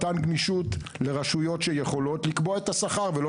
מתן גמישות לרשויות שיכולות לקבוע את השכר ולא